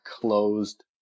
closed